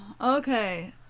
Okay